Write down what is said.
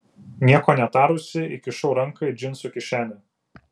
nieko netarusi įkišau ranką į džinsų kišenę